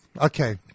Okay